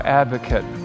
advocate